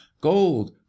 gold